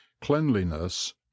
cleanliness